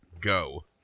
Go